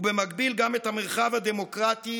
ובמקביל גם את המרחב הדמוקרטי,